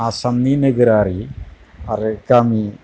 आसामनि नोगोरारि आरो गामि